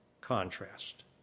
contrast